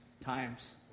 times